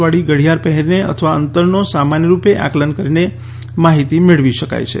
વાળી ઘડીયાળ પહેરીને અથવા અંતરનો સામાન્ય રૂપે આકલન કરીને માહિતી મેળવી શકાય છે